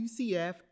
UCF